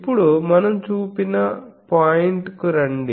ఇప్పుడు మనం చూసిన పాయింట్ కు రండి